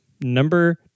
Number